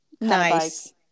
nice